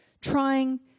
trying